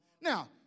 Now